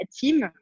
team